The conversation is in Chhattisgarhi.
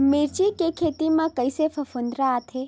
मिर्च के खेती म कइसे फफूंद आथे?